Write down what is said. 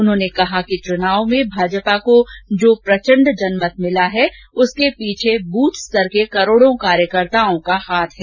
उन्होंने कहा कि चुनाव में भाजपा को जो प्रचंड जनमत मिला है उसके पीछे बूथ स्तर के करोड़ों कार्यकर्ताओं का हाथ है